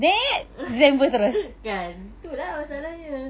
kan tu lah masalahnya